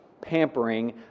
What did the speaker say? pampering